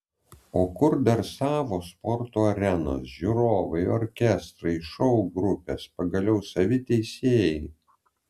o kur dar savos sporto arenos žiūrovai orkestrai šou grupės pagaliau savi teisėjai